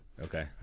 okay